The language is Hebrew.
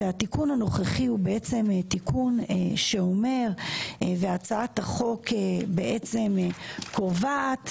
התיקון הנוכחי הוא בעצם תיקון כזה שהצעת החוק בעצם קובעת: